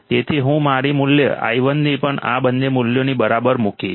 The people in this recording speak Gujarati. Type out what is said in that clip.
તેથી હું મારી મૂલ્ય i1 ને પણ આ બંને મૂલ્યોની બરાબર મૂકીશ